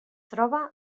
troba